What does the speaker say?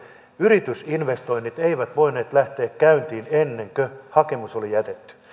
yritysinvestoinnit eivät voineet lähteä käyntiin ennen kuin hakemus oli jätetty